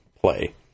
play